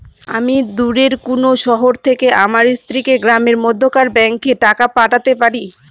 আমি দূরের কোনো শহর থেকে আমার স্ত্রীকে গ্রামের মধ্যেকার ব্যাংকে টাকা পাঠাতে পারি?